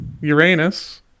Uranus